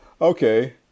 Okay